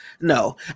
no